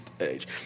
age